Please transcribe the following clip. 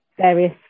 various